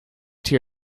tier